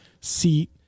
seat